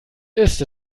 ist